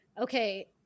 okay